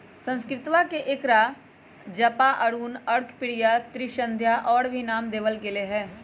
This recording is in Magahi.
संस्कृतवा में एकरा जपा, अरुण, अर्कप्रिया, त्रिसंध्या और भी नाम देवल गैले है